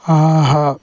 ஆஹா